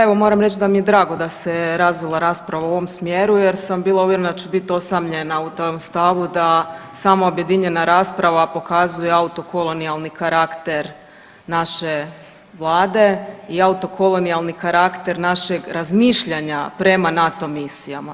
evo moram reći da mi je drago da se razvila rasprava u ovom smjeru jer sam bila uvjerena da ću biti osamljena u tom stavu da sama objedinjena rasprava pokazuje autokolonijalni karakter naše Vlade i autokolonijalni karakter našeg razmišljanja prema NATO misijama.